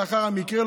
לאחר המקרה,